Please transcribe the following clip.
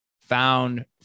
found